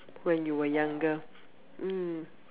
when you were younger mm